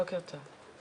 בוקר טוב.